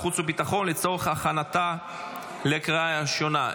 החוץ והביטחון לצורך הכנתה לקריאה ראשונה.